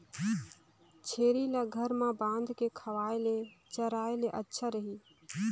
छेरी ल घर म बांध के खवाय ले चराय ले अच्छा रही?